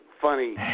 funny